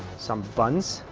some buns,